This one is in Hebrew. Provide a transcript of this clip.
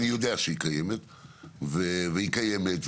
היא קיימת,